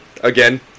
Again